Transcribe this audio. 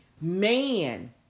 man